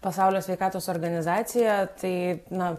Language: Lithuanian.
pasaulio sveikatos organizacija tai na